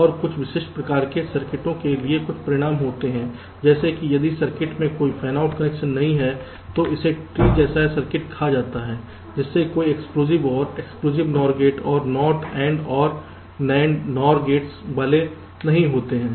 और कुछ विशिष्ट प्रकार के सर्किटों के लिए कुछ परिणाम होते हैं जैसे कि यदि सर्किट में कोई फैनआउट कनेक्शन नहीं है तो इसे ट्री जैसा सर्किट कहा जाता है जिसमें कोई exclusive OR exclusive NOR gate और NOT AND OR NAND NOR gates वाले नहीं होते हैं